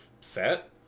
set